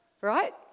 right